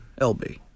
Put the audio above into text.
LB